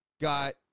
got